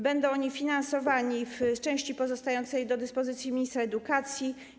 Będą oni finansowani z części pozostającej do dyspozycji ministra edukacji.